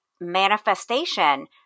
manifestation